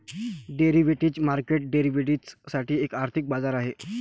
derivative market derivatives साठी एक आर्थिक बाजार आहे